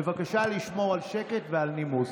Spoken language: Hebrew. בבקשה לשמור על שקט ועל נימוס.